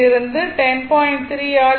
3o ஆல் leading செய்கிறது